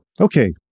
okay